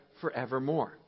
forevermore